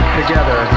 together